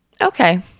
Okay